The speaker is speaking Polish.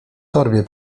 torbie